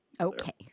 Okay